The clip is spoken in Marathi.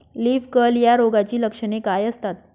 लीफ कर्ल या रोगाची लक्षणे काय असतात?